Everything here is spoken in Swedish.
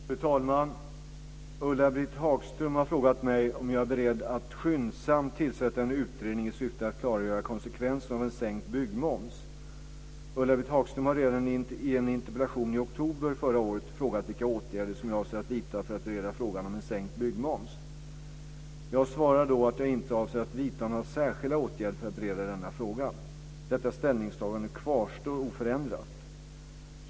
Fru talman! Ulla-Britt Hagström har frågat mig om jag är beredd att skyndsamt tillsätta en utredning i syfte att klargöra konsekvenserna av en sänkt byggmoms. Ulla-Britt Hagström har redan i en interpellation i oktober förra året frågat vilka åtgärder som jag avser att vidta för att bereda frågan om en sänkt byggmoms. Jag svarade då att jag inte avser att vidta några särskilda åtgärder för att bereda denna fråga. Detta ställningstagande kvarstår oförändrat.